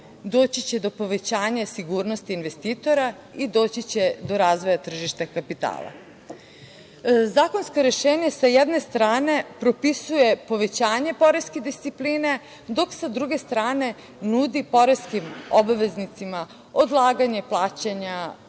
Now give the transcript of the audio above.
doći će do povećanja sigurnosti investitora i doći će do razvoja tržišta kapitala. Zakonska rešenja sa jedne strane propisuje povećanje poreske discipline dok sa druge strane nudi poreskim obveznicima odlaganje plaćanja